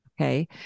Okay